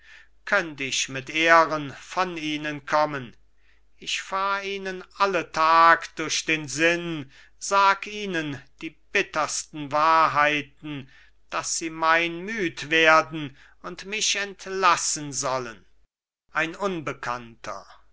könnt ich mit ehren von ihnen kommen ich fahr ihnen alle tag durch den sinn sag ihnen die bittersten wahrheiten daß sie mein müde werden und mich erlassen sollen ein unbekannter